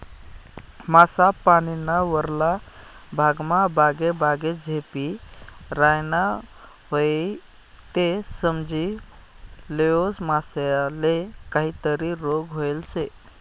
मासा पानीना वरला भागमा बागेबागे झेपी रायना व्हयी ते समजी लेवो मासाले काहीतरी रोग व्हयेल शे